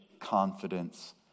confidence